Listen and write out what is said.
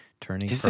Turning